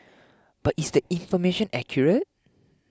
but is the information accurate